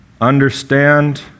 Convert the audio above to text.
understand